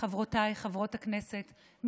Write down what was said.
חברותיי חברות הכנסת,